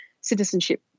citizenship